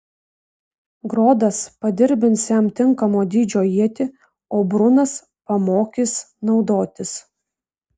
grodas padirbins jam tinkamo dydžio ietį o brunas pamokys naudotis